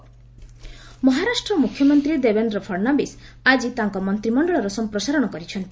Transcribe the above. ମହା କ୍ୟାବିନେଟ୍ ମହାରାଷ୍ଟ୍ର ମୁଖ୍ୟମନ୍ତ୍ରୀ ଦେବେନ୍ଦ୍ର ଫଡ୍ନାବିସ୍ ଆଜି ତାଙ୍କ ମନ୍ତ୍ରୀମଣ୍ଡଳ ସମ୍ପ୍ରସାରଣ କରିଛନ୍ତି